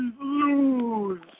lose